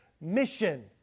mission